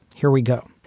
here we go.